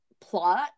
plot